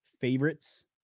favorites